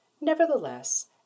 Nevertheless